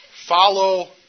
Follow